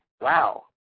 Wow